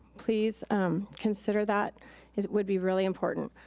please consider that. it would be really important.